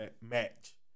match